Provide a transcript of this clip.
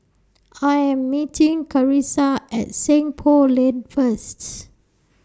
I Am meeting Carissa At Seng Poh Lane First